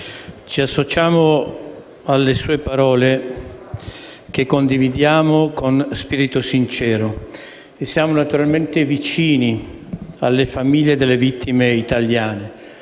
ci associamo alle sue parole, che condividiamo con spirito sincero, e siamo naturalmente vicini alle famiglie delle vittime italiane.